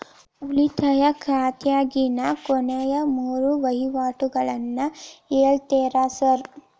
ಉಳಿತಾಯ ಖಾತ್ಯಾಗಿನ ಕೊನೆಯ ಮೂರು ವಹಿವಾಟುಗಳನ್ನ ಹೇಳ್ತೇರ ಸಾರ್?